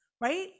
right